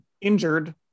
injured